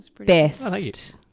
Best